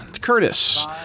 Curtis